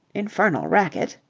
infernal racket!